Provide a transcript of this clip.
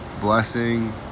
blessing